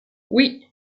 oui